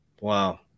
Wow